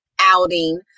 outing